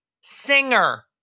singer